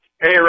Hey